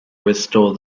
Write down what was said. restore